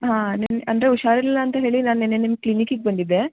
ಹಾಂ ನೆನ್ನೆ ಅಂದರೆ ಹುಷಾರಿರ್ಲಿಲ್ಲ ಅಂತ ಹೇಳಿ ನಾನು ನೆನ್ನೆ ನಿಮ್ಮ ಕ್ಲಿನಿಕ್ಕಿಗೆ ಬಂದಿದ್ದೆ